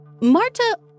Marta